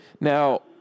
Now